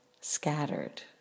scattered